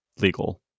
legal